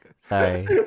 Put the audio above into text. Sorry